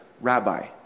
Rabbi